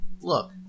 look